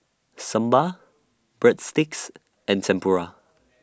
Sambar Breadsticks and Tempura